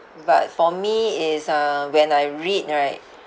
but for me is uh when I read right